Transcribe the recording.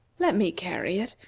let me carry it.